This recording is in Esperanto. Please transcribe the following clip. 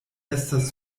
estas